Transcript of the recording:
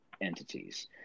entities